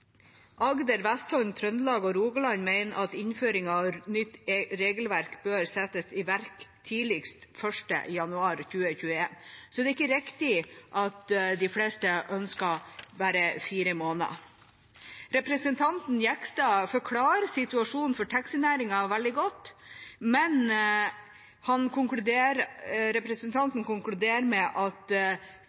Rogaland mener at innføringen av nytt regelverk bør iverksettes tidligst 1. januar 2021. Så det er ikke riktig at de fleste ønsker bare fire måneder. Representanten Jegstad forklarer situasjonen for taxinæringen veldig godt, men han konkluderer med at fire måneder er nok. Etter å vist så stor forståelse for situasjonen er det merkelig at han konkluderer med